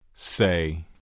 Say